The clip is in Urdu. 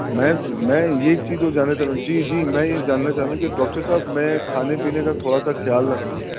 میں میں یہ چیز اور جاننا چاہ رہا جی جی میں یہ جاننا چاہ رہا ہوں کہ ڈاکٹر صاحب میں کھانے پینے کا تھوڑا سا خیال رکھوں